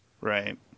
right